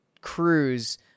cruise